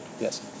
Yes